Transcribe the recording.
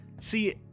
see